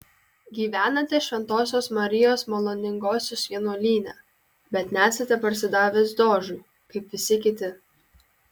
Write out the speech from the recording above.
gyvenate šventosios marijos maloningosios vienuolyne bet nesate parsidavęs dožui kaip visi kiti